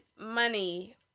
money